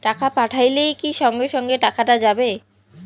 টাকা পাঠাইলে কি সঙ্গে সঙ্গে টাকাটা যাবে?